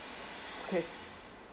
okay